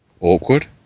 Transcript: Awkward